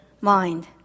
mind